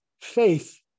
faith